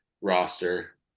roster